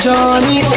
Johnny